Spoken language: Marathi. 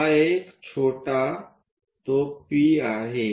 तर हा एक छोटा तो P आहे